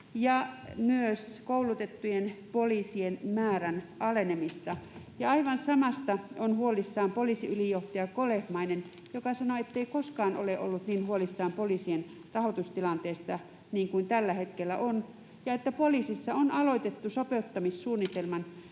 ja myös koulutettujen poliisien määrän alenemista. Aivan samasta on huolissaan poliisiylijohtaja Kolehmainen, joka sanoi, ettei koskaan ole ollut poliisien rahoitustilanteesta niin huolissaan kuin tällä hetkellä on ja että poliisissa on aloitettu sopeuttamissuunnitelman